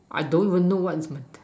I don't even know what